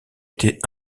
étaient